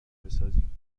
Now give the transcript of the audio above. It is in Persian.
بسازیم